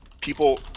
people